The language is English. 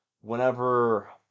whenever